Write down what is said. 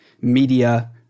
media